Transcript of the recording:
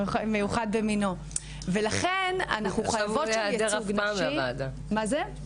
הוא מיוחד במינו.